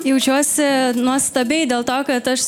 jaučiuosi nuostabiai dėl to kad aš